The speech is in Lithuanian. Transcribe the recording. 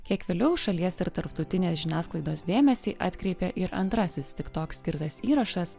kiek vėliau šalies ir tarptautinės žiniasklaidos dėmesį atkreipė ir antrasis tik toks skirtas įrašas